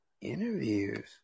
interviews